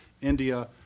India